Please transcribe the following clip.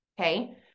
Okay